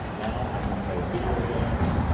now i can play video games,